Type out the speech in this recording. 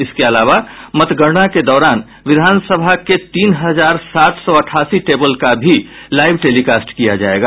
इसके अलावा मतगणना के दौरान विधानसभा के तीन हजार सात सौ अठासी टेबल का भी लाइव टेलीकास्ट किया जायेगा